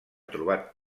trobat